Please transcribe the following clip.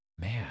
man